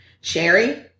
Sherry